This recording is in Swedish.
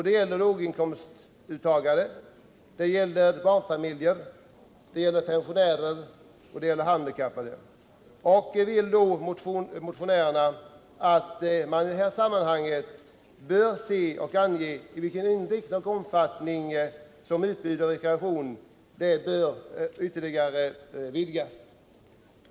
Det gäller låginkomsttagare, barnfamiljer, pensionärer och handikappade. Motionärerna vill då att man anger vilken inriktning och omfattning utbudet av rekreation bör ytterligare ha.